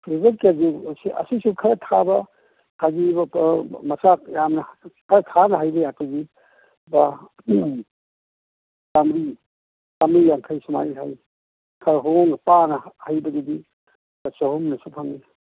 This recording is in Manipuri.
ꯁꯤꯜꯕꯔ ꯀꯦꯖꯤ ꯑꯁꯤꯁꯨ ꯈꯔ ꯊꯥꯕ ꯍꯥꯏꯗꯤ ꯃꯆꯥꯛ ꯌꯥꯝꯅ ꯈꯔ ꯊꯥꯅ ꯍꯩꯕ ꯌꯥꯠꯇꯨꯗꯤ ꯂꯨꯄꯥ ꯆꯃꯔꯤ ꯆꯃꯔꯤ ꯌꯥꯡꯈꯩ ꯁꯨꯃꯥꯏꯅ ꯂꯩ ꯈꯔ ꯍꯣꯡꯅ ꯄꯥꯅ ꯍꯩꯕꯗꯨꯗꯤ ꯂꯨꯄꯥ ꯆꯍꯨꯝꯅꯁꯨ ꯐꯪꯏ